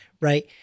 right